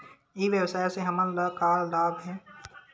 ई व्यवसाय से हमन ला का लाभ हे?